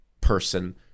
person